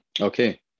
Okay